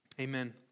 Amen